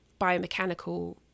biomechanical